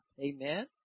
amen